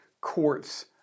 courts